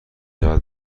رود